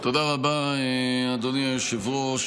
תודה רבה, אדוני היושב-ראש.